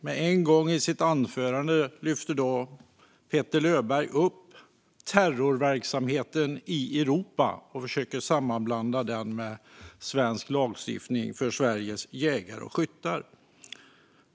Med en gång lyfte Petter Löberg i sitt anförande upp terrorverksamheten i Europa och försökte att sammanblanda den med svensk lagstiftning för Sveriges jägare och skyttar.